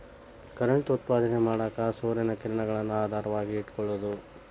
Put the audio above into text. current ಉತ್ಪಾದನೆ ಮಾಡಾಕ ಸೂರ್ಯನ ಕಿರಣಗಳನ್ನ ಆಧಾರವಾಗಿ ಇಟಕೊಳುದು